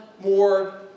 more